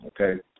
Okay